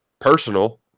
personal